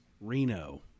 Reno